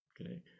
okay